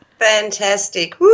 Fantastic